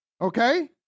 okay